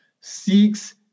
Seeks